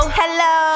hello